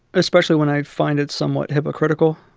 especially when i find it somewhat hypocritical